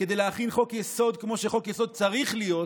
כדי להכין חוק-יסוד כמו שחוק-יסוד צריך להיות,